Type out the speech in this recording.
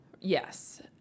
yes